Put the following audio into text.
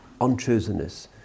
unchosenness